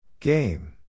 Game